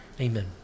Amen